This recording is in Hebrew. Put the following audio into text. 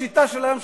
בשיטה של היום,